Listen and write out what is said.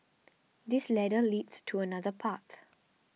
this ladder leads to another path